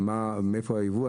מאיפה הייבוא.